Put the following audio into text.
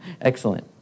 Excellent